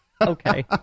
Okay